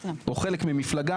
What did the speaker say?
או חלק ממפלגה,